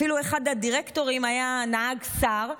אפילו אחד הדירקטורים היה נהג של שר,